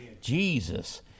Jesus